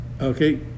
Okay